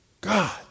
God